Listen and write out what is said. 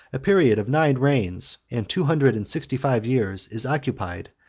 a period of nine reigns, and two hundred and sixty-five years, is occupied,